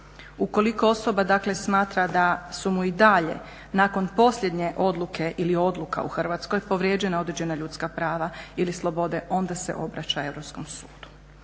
ukoliko osoba dakle smatra da su mu i dalje nakon posljednje odluke ili odluka u Hrvatskoj, povrijeđena određena ljudska prava ili slobode onda se obraća Europskom sudu.